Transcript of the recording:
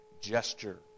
gesture